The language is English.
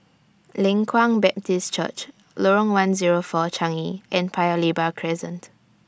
Leng Kwang Baptist Church Lorong one Zero four Changi and Paya Lebar Crescent